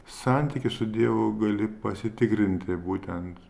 santykį su dievu gali pasitikrinti būtent